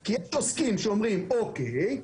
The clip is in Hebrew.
כי יש עוסקים שאומרים אוקי,